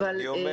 אבל אני אומר,